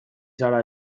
zara